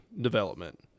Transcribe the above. development